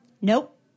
nope